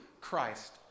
Christ